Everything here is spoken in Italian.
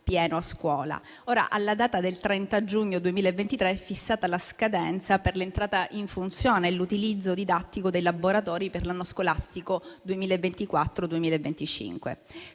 pieno a scuola. Ora, alla data del 30 giugno 2023 è fissata la scadenza per l'entrata in funzione e l'utilizzo didattico dei laboratori per l'anno scolastico 2024-2025.